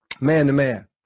man-to-man